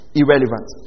irrelevant